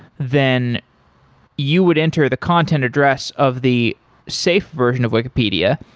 then you would enter the content address of the safe version of wikipedia.